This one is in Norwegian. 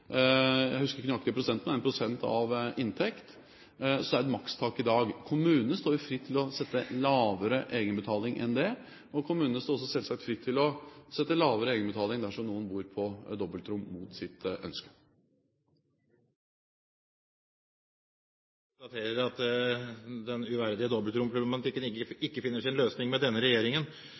Jeg husker ikke den nøyaktige prosenten, men det er en prosentandel av inntekt. Så det er et makstak i dag. Kommunene står fritt til å sette lavere egenbetaling enn det, og kommunene står også selvsagt fritt til å sette lavere egenbetaling dersom noen bor på dobbeltrom mot sitt ønske. Jeg konstaterer at den uverdige dobbeltromproblematikken ikke finner sin løsning med denne regjeringen.